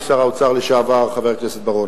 תודה, אדוני שר האוצר לשעבר חבר הכנסת בר-און.